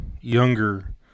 younger